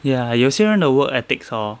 ya 有些人的 work ethics hor